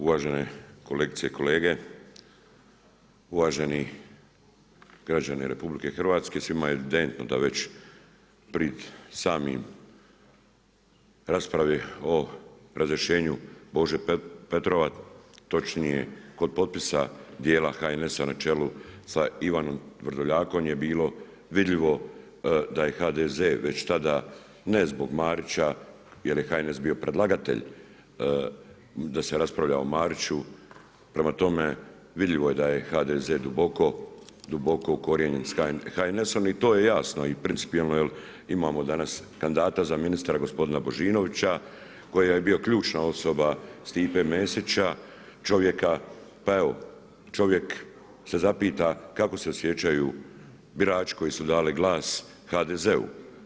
Uvažene kolegice i kolege, uvaženi građani RH, svima je evidentno da već pri samim raspravi o razrješenju Bože Petrova, točnije, kod potpisa dijela HNS-a na čelu sa Ivanom Vrdoljakom je bilo vidljivo da je HDZ, već tada ne zbog Marića, jer je HNS bio predlagatelj, da se raspravlja o Mariću, prema tome, vidljivo je da je HDZ duboko ukorijenjen s HNS-om i to je jasno i principijalno jer imamo danas kandidata za ministra gospodina Božinovića, koja je bila ključna osoba Stipe Mesića, čovjeka, pa evo čovjek se zapita kako se osjećaju birači koji su dali glas HDZ-u.